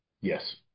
Yes